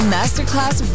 Masterclass